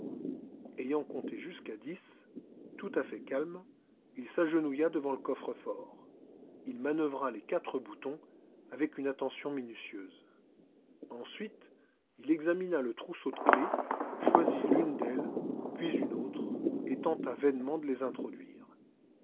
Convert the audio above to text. ayant compté jusqu'à dix tout à fait calme il s'agenouilla devant le coffre-fort il manœuvra les quatre boutons avec une attention minutieuse ensuite il examina le trousseau de clefs choisit l'une d'elles puis une autre et tenta vainement de les introduire